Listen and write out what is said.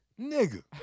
nigga